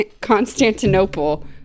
Constantinople